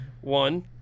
one